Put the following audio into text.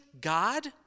God